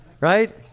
right